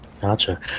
Gotcha